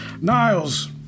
Niles